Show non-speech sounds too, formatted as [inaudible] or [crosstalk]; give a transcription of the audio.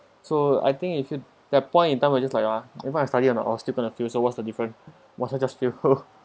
so I think it could that point in time I will just like lah no matter I study or not on I'll still going to fail so what's the different let it just fail [laughs]